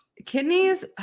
Kidneys